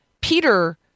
Peter